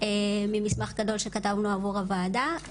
ממסמך גדול שכתבנו עבור הוועדה.